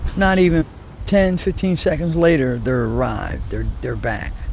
not even ten, fifteen seconds later, they're arrived, they're they're back.